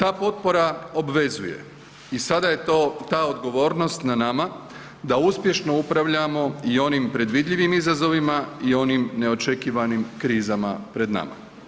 Za potpora obvezuje i sada je to, ta odgovornost na nama da uspješno upravljamo i onim predvidljivim izazovima i onim neočekivanim krizama pred nama.